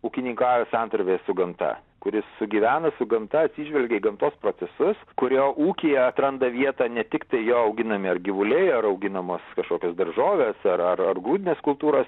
ūkininkauja santarvėj su gamta kuris sugyvena su gamta atsižvelgia į gamtos procesus kurio ūkyje atranda vietą ne tiktai jo auginami ar gyvuliai ar auginamos kažkokios daržovės ar ar ar grūdinės kultūros